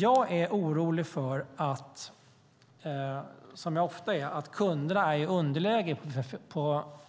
Jag är orolig, som jag ofta är, för att kunderna är i underläge